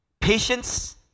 Patience